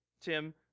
tim